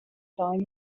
time